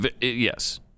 Yes